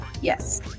Yes